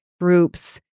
groups